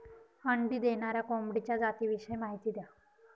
अंडी देणाऱ्या कोंबडीच्या जातिविषयी माहिती द्या